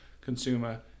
consumer